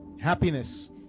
happiness